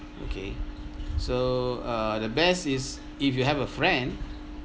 okay so uh the best is if you have a friend